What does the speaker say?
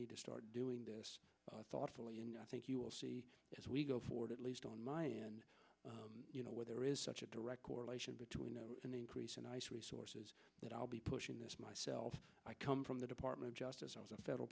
need to start doing this thoughtfully and i think you'll see as we go forward at least on my end you know where there is such a direct correlation between an increase in ice resources that i'll be pushing this myself i come from the department of justice i was a federal